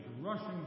rushing